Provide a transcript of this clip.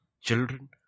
children